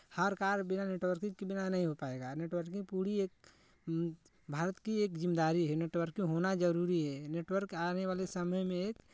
हर कार्य बिना नेटवर्किंग के बिना नहीं हो पाएगा नेटवर्किंग पूरी एक भारत की एक जिम्मेदारी है नेटवर्किंग होना जरूरी है नेटवर्क आने वाले समय में